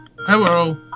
Hello